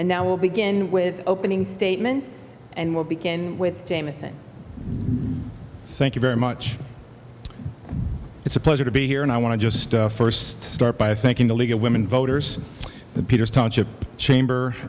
and now will begin with opening statement and we'll begin with jamie thank you very much it's a pleasure to be here and i want to just first start by thanking the league of women voters and peter's township chamber